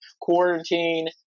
quarantine